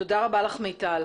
תודה רבה לך, מיטל.